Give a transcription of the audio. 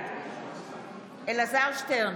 בעד אלעזר שטרן,